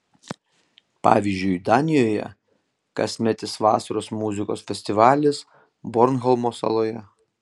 pavyzdžiui danijoje kasmetis vasaros muzikos festivalis bornholmo saloje